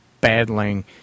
battling